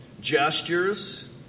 gestures